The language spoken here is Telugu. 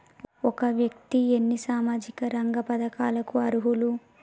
ఒక వ్యక్తి ఎన్ని సామాజిక రంగ పథకాలకు అర్హులు?